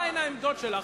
מהן העמדות שלך,